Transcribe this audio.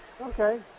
Okay